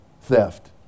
theft